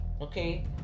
Okay